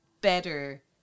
better